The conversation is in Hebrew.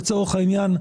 לצורך העניין,